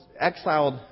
exiled